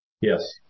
Yes